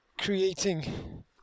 creating